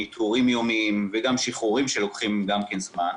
ניטורים יומיים וגם שחרורים שלוקחים גם כן זמן,